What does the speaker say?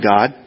God